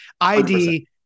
ID